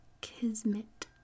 Kismet